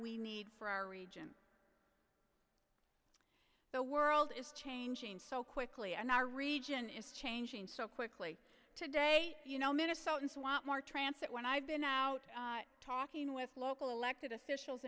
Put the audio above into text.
we need for our region the world is changing so quickly and our region is changing so quickly today you know minnesotans want more trance that when i've been out talking with local elected officials